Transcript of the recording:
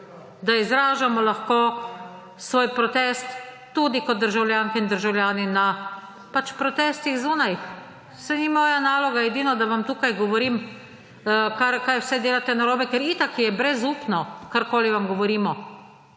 izražamo svoj protest tudi kot državljanke in državljani na protestih zunaj. Saj ni moja naloga edino, da vam tukaj govorim, kaj vse delate narobe, ker itak je brezupno, karkoli vam govorimo,